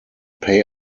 pay